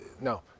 no